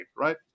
right